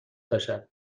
تاشب